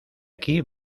aquí